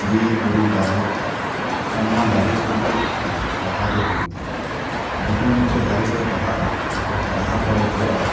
ᱵᱤᱨᱵᱩᱨ ᱫᱟᱨᱮ ᱟᱨ ᱱᱚᱣᱟ ᱫᱟᱨᱮ ᱠᱷᱚᱱ ᱜᱮ ᱵᱟᱦᱟ ᱫᱚ ᱦᱩᱭᱩᱜ ᱛᱟᱦᱮ ᱡᱚᱠᱷᱚᱱ ᱢᱤᱫᱴᱮᱱ ᱫᱟᱨᱮ ᱨᱮ ᱵᱟᱦᱟᱜᱼᱟ ᱵᱟᱦᱟ ᱯᱚᱨᱮ ᱡᱚᱜᱼᱟ